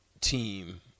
team